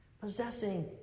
Possessing